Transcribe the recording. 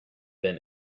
been